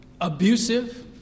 abusive